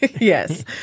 Yes